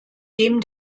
dem